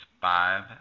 five